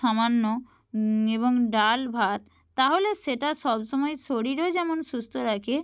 সামান্য এবং ডাল ভাত তাহলে সেটা সব সময় শরীরও যেমন সুস্ত রাখে